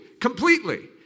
completely